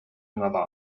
another